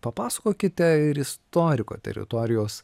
papasakokite ir istoriko teritorijos